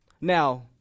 Now